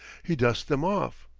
he dusts them off.